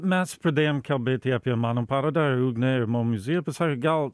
mes pradėjom kalbėti apie mano parodą ir ugnė ir mo muziejus pasakė gal